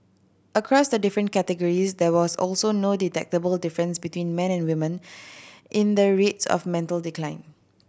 across the different categories there was also no detectable difference between man and women in the rates of mental decline